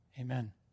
amen